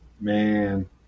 Man